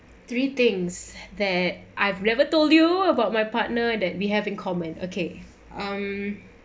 three things that I've never told you about my partner that we have in common okay um